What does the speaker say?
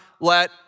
let